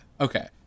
Okay